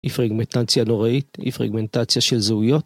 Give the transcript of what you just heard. אי פרגמנטציה נוראית, אי פרגמנטציה של זהויות